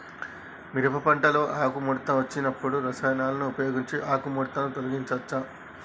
మిరప పంటలో ఆకుముడత వచ్చినప్పుడు రసాయనాలను ఉపయోగించి ఆకుముడత తొలగించచ్చా?